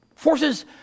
Forces